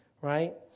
right